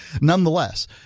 nonetheless